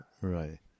Right